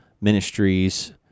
Ministries